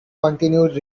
continued